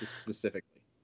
specifically